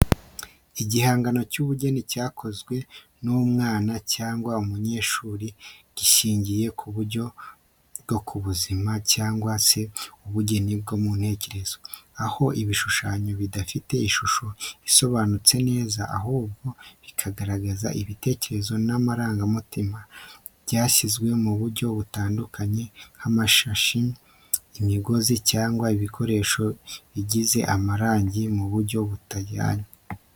Igihangano cy’ubugeni cyakozwe n’umwana cyangwa umunyeshuri, gishingiye ku buryo bwo kuzimiza cyangwa se ubugeni bwo mu ntekerezo, aho ibishushanyo bidafite ishusho isobanutse neza, ahubwo bikagaragaza ibitekerezo n’amarangamutima. Ryasizwe mu buryo butandukanye nk’amashashi, imigozi cyangwa ibikoresho bisize amarangi mu buryo butajyanye.